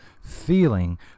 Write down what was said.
feeling